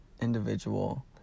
individual